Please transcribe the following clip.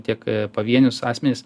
tiek pavienius asmenis